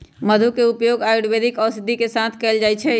मधु के उपयोग आयुर्वेदिक औषधि के साथ कइल जाहई